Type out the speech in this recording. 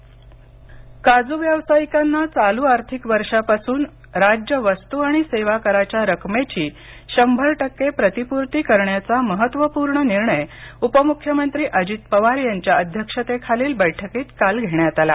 काज् काजू व्यावसायिकांना चालू आर्थिक वर्षापासून राज्य वस्तू आणि सेवा कराच्या रकमेची शंभर टक्के प्रतिपूर्ती करण्याचा महत्त्वपूर्ण निर्णय उपमुख्यमंत्री अजित पवार यांच्या अध्यक्षतेखालील बैठकीत काल घेण्यात आला